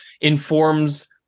informs